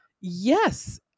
yes